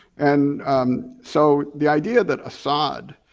and so, the idea that assad